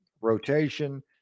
rotation